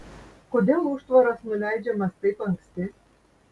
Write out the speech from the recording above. kodėl užtvaras nuleidžiamas taip anksti